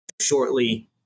shortly